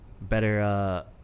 better